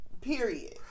period